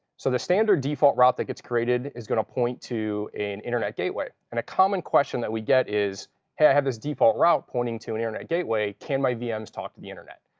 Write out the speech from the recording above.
so the standard default route that gets created is going to point to an internet gateway. and a common question that we get is, hey, i have this default route pointing to an internet gateway. can my vms talk to the internet?